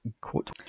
quote